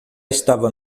estava